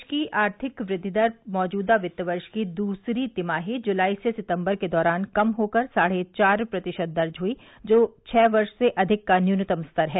देश की आर्थिक वृद्वि दर मौजूदा वित्त वर्ष की दूसरी तिमाही जुलाई से सितंबर के दौरान कम होकर साढ़े चार प्रतिशत दर्ज हुई जो छह वर्ष से अधिक का न्यूनतम स्तर है